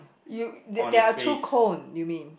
you there there are two cone you mean